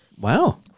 Wow